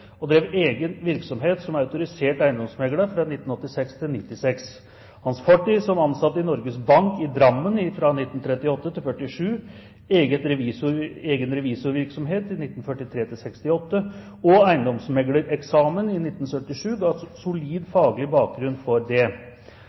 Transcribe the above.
og drev egen virksomhet som autorisert eiendomsmegler 1986–1996. Hans fortid som ansatt i Norges Bank i Drammen 1938–1947, egen revisorvirksomhet 1943–1968 og eiendomsmeglereksamen i 1977 ga solid faglig bakgrunn for det.